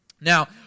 Now